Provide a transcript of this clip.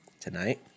tonight